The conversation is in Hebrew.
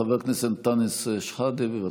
חבר הכנסת אנטאנס שחאדה, בבקשה.